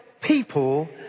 people